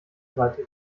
seite